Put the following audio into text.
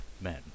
men